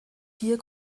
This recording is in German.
hier